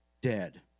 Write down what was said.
dead